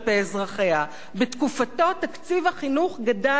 בתקופתו תקציב החינוך גדל ב-60%.